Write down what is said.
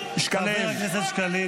זה בדיוק הפוך.